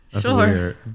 Sure